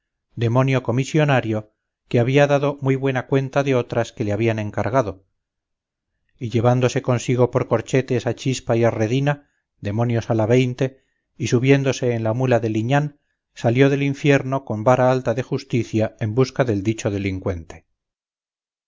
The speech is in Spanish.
demonio comisionario que había dado muy buena cuenta de otras que le habían encargado y llevándose consigo por corchetes a chispa y a redina demonios a la veinte y subiéndose en la mula de liñán salió del infierno con vara alta de justicia en busca del dicho delincuente